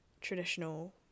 traditional